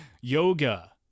Yoga